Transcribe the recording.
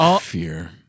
Fear